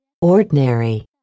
Ordinary